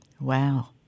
wow